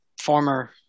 former